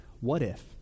what-if